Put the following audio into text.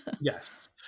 Yes